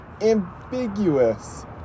ambiguous